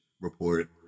report